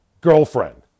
girlfriend